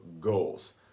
goals